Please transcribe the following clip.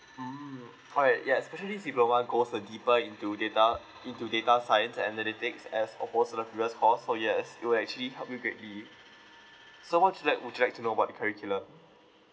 mm alright yes specialist diploma goes uh deeper into data into data science analytics as opposed to the previous course so yes it will actually help you greatly so what you like would you like to know about the curriculum